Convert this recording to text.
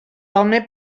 home